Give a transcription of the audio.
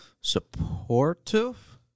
supportive